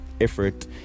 effort